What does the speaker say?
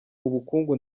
ubukungu